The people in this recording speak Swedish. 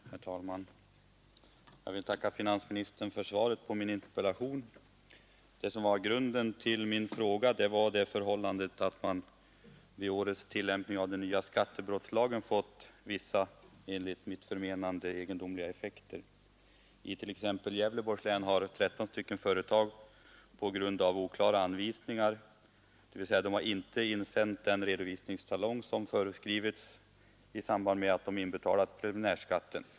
Herr talman! Jag vill tacka finansministern för svaret på min interpellation. Till grund för min fråga låg det förhållandet att man vid tillämpningen i år av den nya skattebrottslagen fått vissa enligt mitt förmenande egendomliga effekter. I t.ex. Gävleborgs län har 13 företag inte sänt in den redovisningstalong som de skulle ha skickat in i samband med att de betalade preliminärskatten.